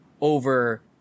over